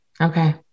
Okay